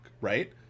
Right